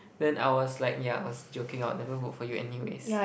then I was like yeah I was joking I would never vote for you anyways